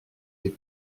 les